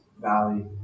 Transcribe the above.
valley